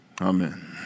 Amen